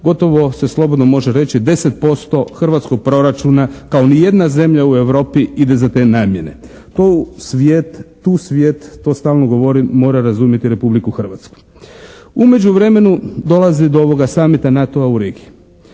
gotovo se slobodno može reći 10% hrvatskog proračuna kao ni jedna zemlja u Europi ide za te namjene. To svijet, tu svijet to stalno govorim, mora razumjeti Republiku Hrvatsku. U međuvremenu dolazi do Summita NATO-a u Rigi.